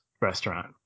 restaurant